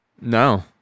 No